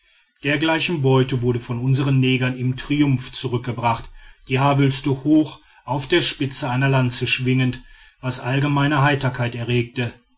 dergleichen beute wurde von unsern negern im triumph zurückgebracht die haarwülste hoch auf der spitze einer lanze schwingend was allgemeine heiterkeit erregte